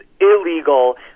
illegal